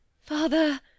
Father